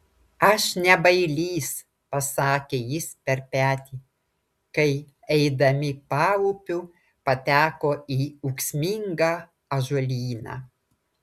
aš ne bailys pasakė jis per petį kai eidami paupiu pateko į ūksmingą ąžuolyną